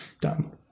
done